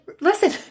listen